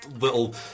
little